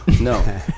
No